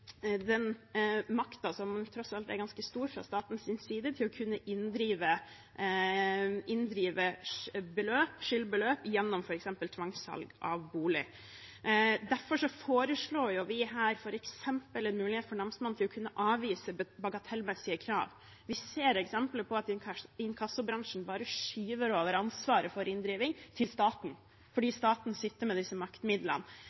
å kunne inndrive skyldbeløp gjennom f.eks. tvangssalg av bolig. Derfor foreslår vi en mulighet for namsmannen til å kunne avvise bagatellmessige krav. Vi ser eksempler på at inkassobransjen bare skyver ansvaret for inndriving over på staten fordi staten sitter med disse maktmidlene.